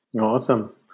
Awesome